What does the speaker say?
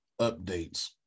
updates